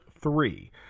three